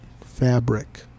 fabric